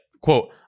quote